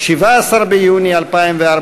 17 ביוני 2014,